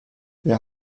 wer